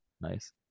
nice